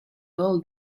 all